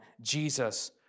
Jesus